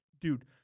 Dude